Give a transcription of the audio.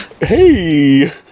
hey